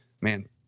man